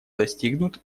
достигнут